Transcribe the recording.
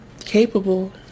capable